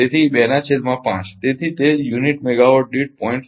તેથી 2 નાં છેદમાં 5 તેથી તે યુનિટ મેગાવોટ દીઠ 0